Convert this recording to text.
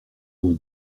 vont